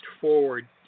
forward